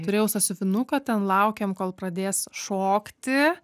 turėjau sąsiuvinuką ten laukėm kol pradės šokti